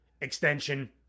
extension